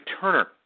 Turner